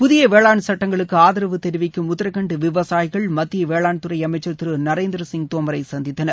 புதிய வேளாண் சட்டங்களுக்கு ஆதரவு தெரிவிக்கும் உத்ரகாண்ட் விவசாயிகள் மத்திய வேளாண்துறை அமைச்சர் திரு நரேந்திரசிங் தோமரை சந்தித்தனர்